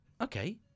Okay